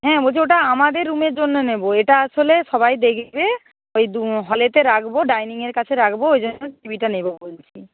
হ্যাঁ বলছি ওটা আমাদের রুমের জন্য নেব এটা আসলে সবাই দেখবে ওই হলেতে রাখব ডাইনিংয়ের কাছে রাখব ওই টি ভিটা নেব বলছি